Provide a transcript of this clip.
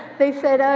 they said,